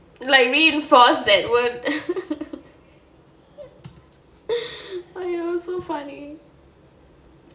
like reinforce that word !aiyo! so funny